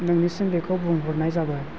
नोंनिसिम बेखौ बुंहरनाय जाबाय